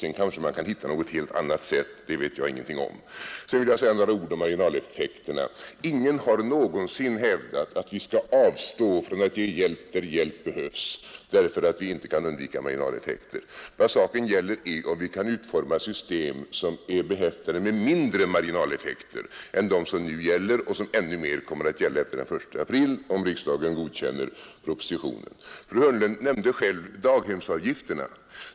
Sedan kanske man kan hitta något helt annat sätt, det vet jag ingenting om. Sedan vill jag säga några ord om marginaleffekterna. Ingen har någonsin hävdat att vi skall avstå från att ge hjälp där hjälp behövs, därför att vi inte kan undvika marginaleffekter. Vad saken gäller är om vi kan utforma system som är behäftade med mindre marginaleffekter än de som nu gäller och ännu mer de som kommer att gälla efter den 1 april om riksdagen godkänner propositionen, Fru Hörnlund nämnde själv daghemsavgifterna.